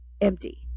empty